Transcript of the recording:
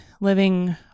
living